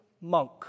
monk